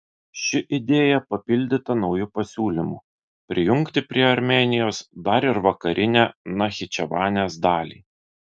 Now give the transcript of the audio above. ši idėja papildyta nauju pasiūlymu prijungti prie armėnijos dar ir vakarinę nachičevanės dalį